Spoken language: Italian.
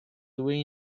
due